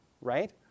right